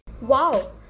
wow